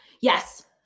Yes